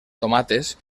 tomates